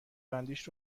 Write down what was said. بندیش